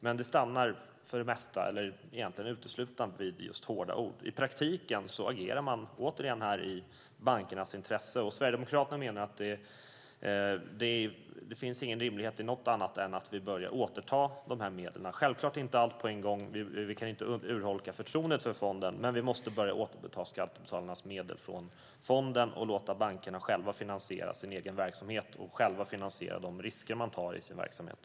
Men det stannar egentligen uteslutande vid just hårda ord. I praktiken agerar man återigen här i bankernas intresse. Sverigedemokraterna menar att det inte finns någon rimlighet i något annat än att vi börjar återta dessa medel. Självfallet kan vi inte ta allt på en gång; vi kan inte urholka förtroendet för fonden. Men vi måste börja återta skattebetalarnas medel från fonden och låta bankerna själva finansiera sin egen verksamhet och de risker de tar i sin verksamhet.